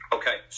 okay